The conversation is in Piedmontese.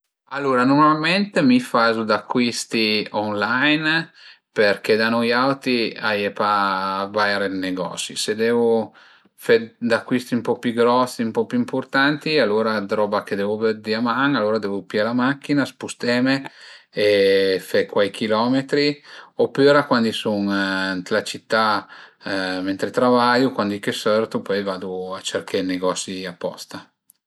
Alura nurmalment mi fazu d'acuisti online perché da nui auti a ie pa vaire d'negosi, se deu fe d'acuisti ën po pi grosi, ën po pi impurtanti alura d'roba che devu vëddi a man, alura devu pìé la macchina, spusteme e fe cuai chilometri opüra cuand i sun ën la città mentre travaiu, cuandi che sörtu, pöi vadu a cerché ün negosi aposta